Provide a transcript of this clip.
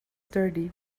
dirty